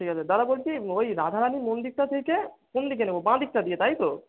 ঠিক আছে দাদা বলছি ওই রাধারানী মন্দিরটা থেকে কোন দিকে নেব বাঁদিকটা দিয়ে তাই তো